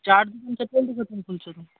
ଚାଟ୍ ଖୋଲୁଛନ୍ତି